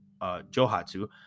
johatsu